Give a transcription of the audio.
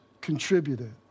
contributed